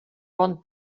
bon